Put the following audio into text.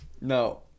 No